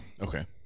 okay